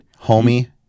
homie